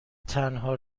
تنها